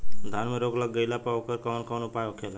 धान में रोग लग गईला पर उकर कवन कवन उपाय होखेला?